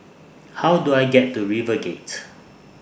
How Do I get to RiverGate